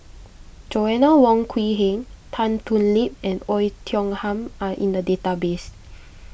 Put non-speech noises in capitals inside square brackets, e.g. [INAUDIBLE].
Joanna Wong Quee Heng Tan Thoon Lip and Oei Tiong Ham are in the database [NOISE]